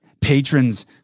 Patrons